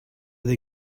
they